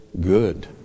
good